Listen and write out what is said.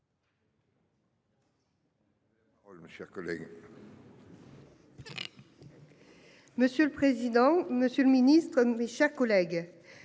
Monsieur le président, Monsieur le Ministre, mes chers collègues.